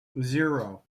zero